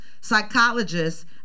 psychologists